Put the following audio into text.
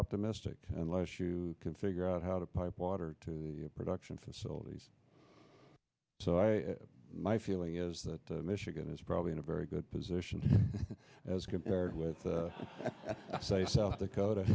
optimistic unless you can figure out how to pump water to the production facilities so i my feeling is that michigan is probably in a very good position as compared with say south dakota